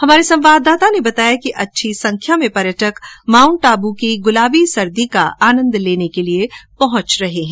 हमारे संवाददाता ने बताया कि अच्छी संख्या में पर्यटक माउंट आबू की गुलाबी सर्दी का आनन्द उठाने के लिए पहुंच रहे हैं